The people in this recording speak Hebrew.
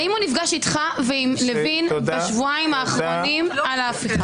האם הוא נפגש איתך ועם לוין בשבועיים האחרונים על ההפיכה?